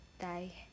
die